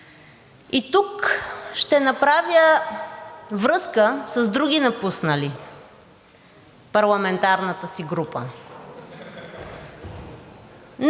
И тук ще направя връзка с други, напуснали парламентарната си група.